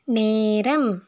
நேரம்